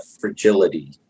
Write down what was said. fragility